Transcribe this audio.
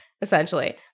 essentially